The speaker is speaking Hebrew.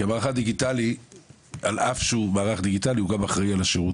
כי המערך הדיגיטלי על אף שהוא מערך דיגיטלי הוא גם אחראי על השירות